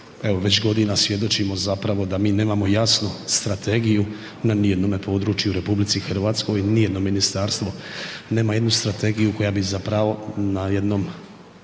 evo godina već svjedočimo zapravo da mi nemamo jasnu strategiju na ni jednome području u RH, nijedno ministarstvo nema jednu strategiju koja bi zapravo na jednom